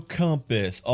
compass